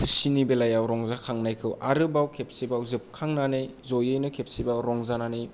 खुसिनि बेलायाव रंजाखांनायखौ आरोबाव खेबसेबाव जोबखांनानै ज'यैनो खेबसेबाव रंजानानै